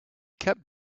kept